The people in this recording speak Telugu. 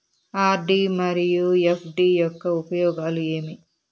ఆర్.డి మరియు ఎఫ్.డి యొక్క ఉపయోగాలు ఏమి?